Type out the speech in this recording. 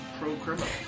pro-criminal